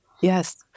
Yes